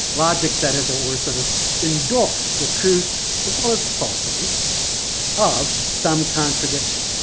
logics that, as it were, sort of endorsed the truth as well as the paucity of some contradiction.